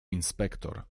inspektor